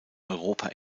europa